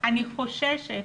אני חוששת